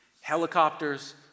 Helicopters